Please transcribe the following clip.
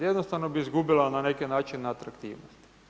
Jednostavno bi izgubila na neki način atraktivnost.